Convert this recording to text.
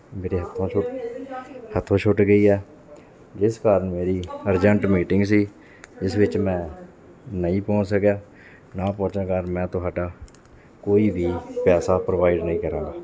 ਮੇਰੇ ਹੱਥੋਂ ਛੁੱਟ ਹੱਥੋਂ ਛੁੱਟ ਗਈ ਆ ਜਿਸ ਕਾਰਨ ਮੇਰੀ ਅਰਜੈਂਟ ਮੀਟਿੰਗ ਸੀ ਜਿਸ ਵਿੱਚ ਮੈਂ ਨਹੀਂ ਪਹੁੰਚ ਸਕਿਆ ਨਾ ਪਹੁੰਚਣ ਕਾਰਨ ਮੈਂ ਤੁਹਾਡਾ ਕੋਈ ਵੀ ਪੈਸਾ ਪ੍ਰੋਵਾਈਡ ਨਹੀਂ ਕਰਾਂਗਾ